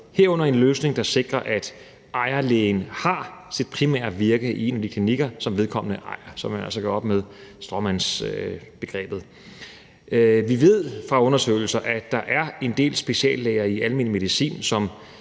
herunder en løsning, der sikrer, at ejerlægen har sit primære virke i en af de klinikker, som vedkommende ejer, så man altså gør op med stråmandsbegrebet. Vi ved fra undersøgelser, at der er en del speciallæger i almen medicin, som